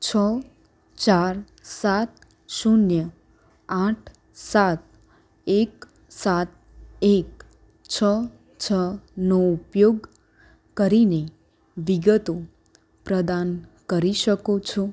છ ચાર સાત શૂન્ય આઠ સાત એક સાત એક છ છનો ઉપયોગ કરીને વિગતો પ્રદાન કરી શકો